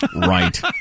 Right